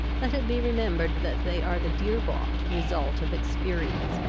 let it be remembered that they are the dear-bought, result of experience.